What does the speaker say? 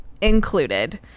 included